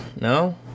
No